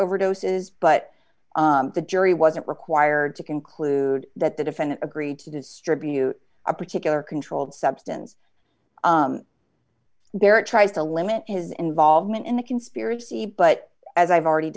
overdoses but the jury wasn't required to conclude that the defendant agreed to distribute a particular controlled substance there it tries to limit his involvement in the conspiracy but as i've already